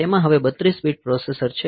તેમાં હવે 32 bit processor છે